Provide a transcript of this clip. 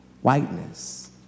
whiteness